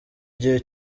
gihe